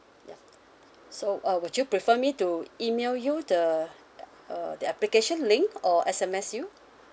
ya so uh would you prefer me to email you the uh the application link or S_M_S you